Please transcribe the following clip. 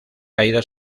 caída